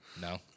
No